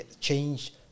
change